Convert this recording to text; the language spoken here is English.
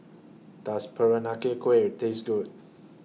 Does Peranakan Kueh Taste Good